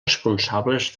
responsables